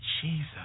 Jesus